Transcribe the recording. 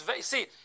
see